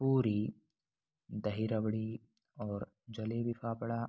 पूरी दही रबड़ी और जलेबी फाफड़ा